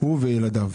הוא וילדיו.